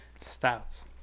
Stouts